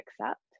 accept